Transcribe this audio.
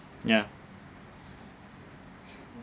yeah